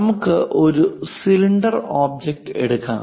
നമുക്ക് ഒരു cylinder object എടുക്കാം